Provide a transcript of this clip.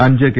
അഞ്ച് കെ